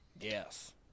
Yes